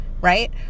right